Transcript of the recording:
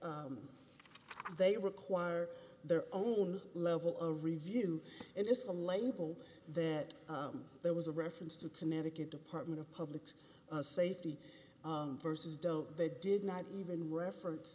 they require their own level of review and it's a label that there was a reference to connecticut department of public safety versus doe they did not even reference